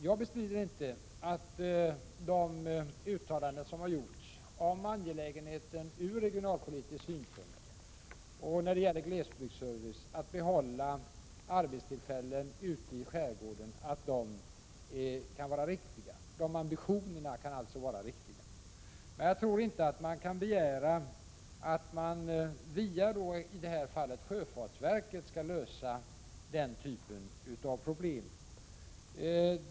Jag bestrider inte att de uttalanden som har gjorts om angelägenheten ur regionalpolitisk synpunkt och när det gäller glesbygdsservice att behålla arbetstillfällen ute i skärgården kan vara riktiga — de ambitionerna kan alltså vara riktiga. Men jag tror inte man kan begära att den typen av problem skall lösas via i det här fallet sjöfartsverket.